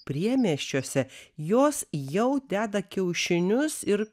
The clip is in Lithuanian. priemiesčiuose jos jau deda kiaušinius ir